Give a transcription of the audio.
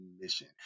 mission